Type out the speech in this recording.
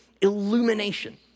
illumination